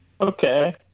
Okay